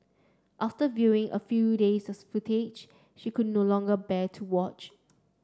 after viewing a few days of footage she could no longer bear to watch